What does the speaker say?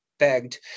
begged